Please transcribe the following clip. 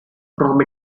from